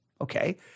Okay